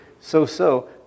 so-so